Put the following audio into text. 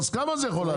בכמה זה יכול לעלות?